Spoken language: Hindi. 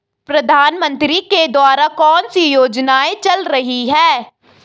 प्रधानमंत्री के द्वारा कौनसी योजनाएँ चल रही हैं?